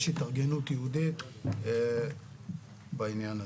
יש התארגנות ייעודית בעניין הזה.